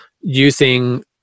using